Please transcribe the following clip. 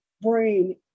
brain